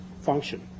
function